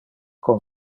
con